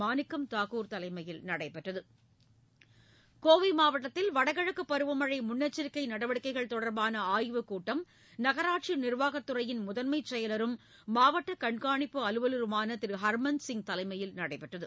மாணிக்கம் தாக்கூர் தலைமையில் நடைபெற்றது கோவை மாவட்டத்தில் வடகிழக்கு பருவமழை முன்னெச்சரிக்கை நடவடிக்கைகள் தொடர்பான ஆய்வுக்கூட்டம் நகராட்சி நிர்வாகத்துறையின் முதன்மைச் செயலரும் மாவட்ட கண்காணிப்பு அலுவலருமான திருஹர்மந்தர் சிங் தலைமையில் நடைபெற்றது